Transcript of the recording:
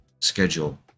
schedule